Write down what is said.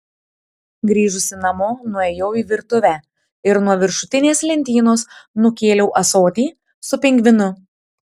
grįžusi namo nuėjau į virtuvę ir nuo viršutinės lentynos nukėliau ąsotį su pingvinu